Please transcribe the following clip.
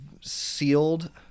sealed